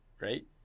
right